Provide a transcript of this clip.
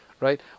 right